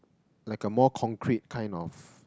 like a more concrete kind of